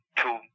two